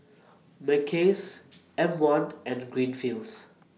Mackays M one and Greenfields